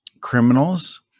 criminals